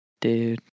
dude